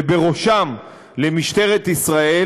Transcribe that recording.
ובראשם למשטרת ישראל,